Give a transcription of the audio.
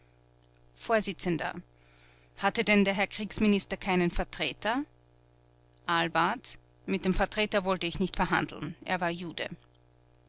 vors hatte denn der herr kriegsminister keinen vertreter ahlwardt mit dem vertreter wollte ich nicht verhandeln er war jude